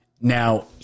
Now